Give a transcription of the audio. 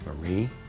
Marie